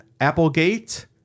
Applegate